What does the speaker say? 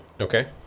Okay